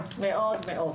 מאוד מאוד.